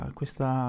questa